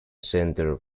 center